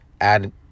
add